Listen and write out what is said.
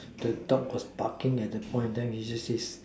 the dog was barking at the point then he use his